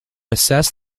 assess